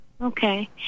okay